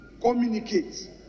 communicate